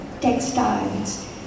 textiles